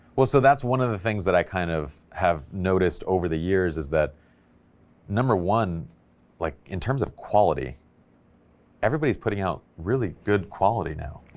well so that's one of the things that i kind of have noticed over the years is that number one like in terms of quality everybody's putting out really good quality now,